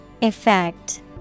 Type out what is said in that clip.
Effect